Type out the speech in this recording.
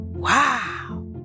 Wow